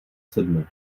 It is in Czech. sedne